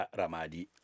ramadi